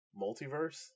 Multiverse